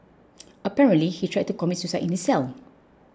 apparently he tried to commit suicide in his cell